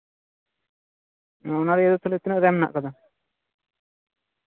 ᱚᱱᱟᱨᱮ ᱛᱟᱦᱞᱮ ᱛᱤᱱᱟᱹᱜ ᱜᱟᱱ ᱦᱮᱱᱟᱜ ᱠᱟᱫᱟ